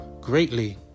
greatly